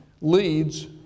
leads